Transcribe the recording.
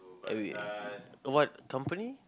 uh wait what company